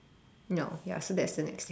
no ya so that's the next difference